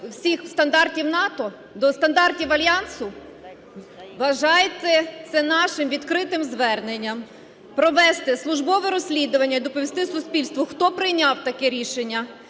всіх стандартів НАТО, до стандартів Альянсу? Вважайте це нашим відкритим зверненням провести службове розслідування і доповісти суспільству, хто прийняв таке рішення,